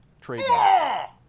trademark